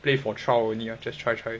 play for trial only ah just try try